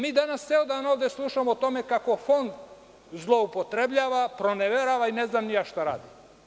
Mi danas ceo dan ovde slušamo o tome kako fond zloupotrebljava, proneverava, i ne znam ni ja šta radi.